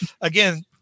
again